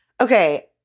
Okay